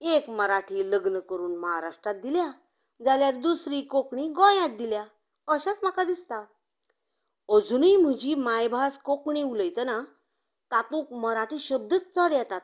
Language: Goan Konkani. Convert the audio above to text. एक मराठी लग्न करून महाराष्ट्रांत दिल्या जाल्यार दुसरी कोंकणी गोंयांक दिल्या अशेंच म्हाका दिसता अजुनी म्हजी मायभास कोकणी उलयतना तातूंक मराठी शब्दूच चड येतात